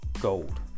Gold